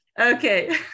okay